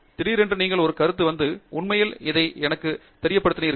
திடீரென்று நீங்கள் ஒரு கருத்து வந்து உண்மையில் இதை எனக்குத் தெரியப்படுத்தினீர்கள்